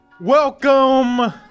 Welcome